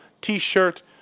T-shirt